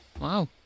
wow